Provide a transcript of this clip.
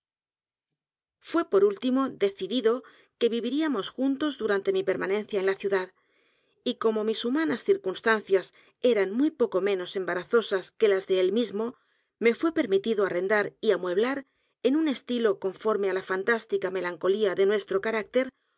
é por último decidido que viviríamos juntos durante mi permanencia en la c i u d a d y como mis humanas circunstancias eran muy poco menos embarazosas que las de él mismo me fué permitido arrendar y amueblar en un estilo conforme á la fantástica los crímenes de la calle morgue melancolía de nuestro carácter